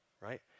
right